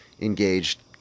engaged